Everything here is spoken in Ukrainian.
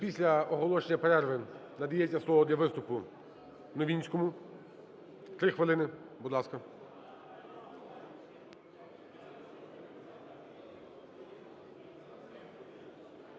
після оголошення перерви надається слово для виступу Новинському 3 хвилини. Будь ласка.